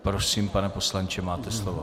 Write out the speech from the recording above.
Prosím, pane poslanče, máte slovo.